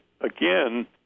again